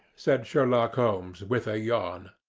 said sherlock holmes, with a yawn.